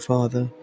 Father